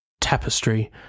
tapestry